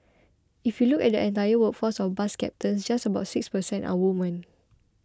if you look at the entire workforce of bus captains just about six per cent are women